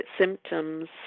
symptoms